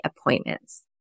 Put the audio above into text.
appointments